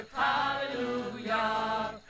Hallelujah